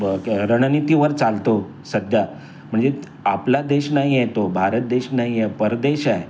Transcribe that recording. ब र रणनीतीवर चालतो सध्या म्हणजे आपला देश नाही आहे तो भारत देश नाही आहे परदेश आहे